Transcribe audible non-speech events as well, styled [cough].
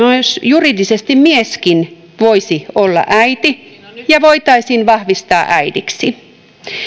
[unintelligible] myös juridisesti mieskin voisi olla äiti ja voitaisiin vahvistaa äidiksi